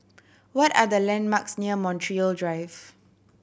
what are the landmarks near Montreal Drive